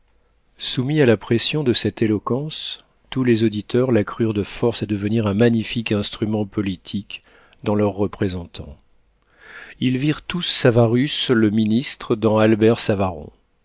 soumis à la pression de cette éloquence tous les auditeurs la crurent de force à devenir un magnifique instrument politique dans leur représentant ils virent tous savarus le ministre dans albert savaron